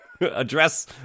Address